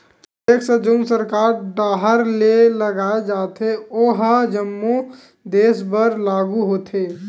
tax जउन सरकार डाहर ले लगाय जाथे ओहा जम्मो देस बर लागू होथे